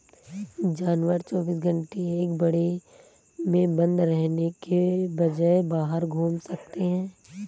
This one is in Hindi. जानवर चौबीस घंटे एक बाड़े में बंद रहने के बजाय बाहर घूम सकते है